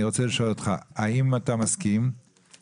אני רוצה לשאול אותך האם אתה מסכים שאנחנו